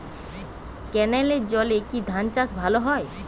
ক্যেনেলের জলে কি ধানচাষ ভালো হয়?